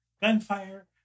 gunfire